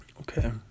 Okay